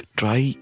try